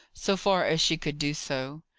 so far as she could do so.